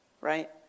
right